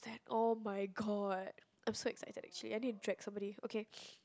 that [oh]-my-god I'm so excited actually I need to drag somebody okay